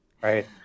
right